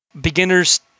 beginners